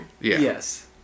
yes